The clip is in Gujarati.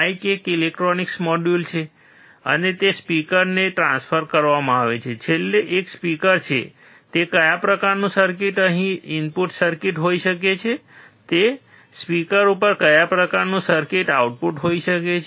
માઇક એક ઇલેક્ટ્રોનિક મોડ્યુલ છે અને તે સ્પીકરને ટ્રાન્સફર કરવામાં આવે છે કે છેલ્લે એક સ્પીકર છે કે કયા પ્રકારનું સર્કિટ અહીં ઇનપુટ સર્કિટ હોઈ શકે છે અને સ્પીકર ઉપર કયા પ્રકારનું સર્કિટ આઉટપુટ હોઈ શકે છે